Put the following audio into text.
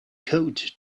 coat